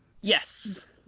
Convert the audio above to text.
Yes